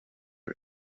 you